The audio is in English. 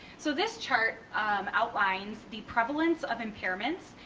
so this chart outlines the prevalence of impairments,